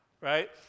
right